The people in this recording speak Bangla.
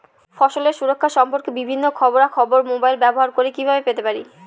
ফসলের সুরক্ষা সম্পর্কে বিভিন্ন খবরা খবর মোবাইল ব্যবহার করে কিভাবে পেতে পারি?